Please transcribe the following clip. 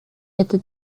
это